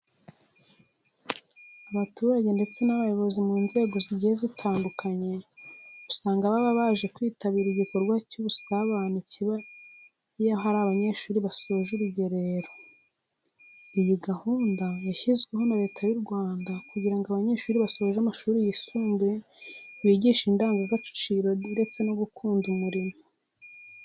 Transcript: Abaturage ndetse n'abayobozi mu nzego zigiye zitandukanye usanga baba baje kwitabira igikorwa cy'ubusabane kiba iyo hari abanyeshuri basoje urugerero. Iyi gahunda yashyizweho na Leta y'u Rwanda kugira ngo abanyeshuri basoje amashuri yisumbuye bigishwe indangagaciro ndetse no gukunda umurimo.